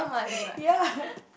ya